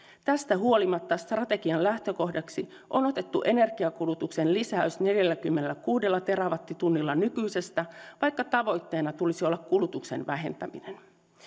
tästä huolimatta strategian lähtökohdaksi on otettu energiankulutuksen lisäys neljälläkymmenelläkuudella terawattitunnilla nykyisestä vaikka tavoitteena tulisi olla kulutuksen vähentäminen